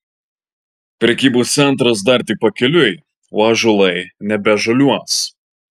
prekybos centras dar tik pakeliui o ąžuolai nebežaliuos